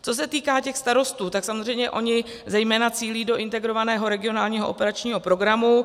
Co se týká těch starostů, tak samozřejmě oni zejména cílí do Integrovaného regionálního operačního programu.